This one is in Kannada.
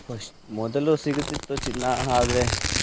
ಫಸ್ಟ್ ಮೊದಲು ಸಿಗುತ್ತಿತ್ತು ಚಿನ್ನ ಆದರೆ